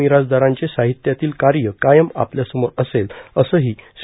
मिरासदारांचे साहित्यातील कार्य कायम आपल्यासमोर असेल असंही श्री